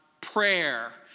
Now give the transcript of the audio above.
prayer